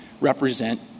represent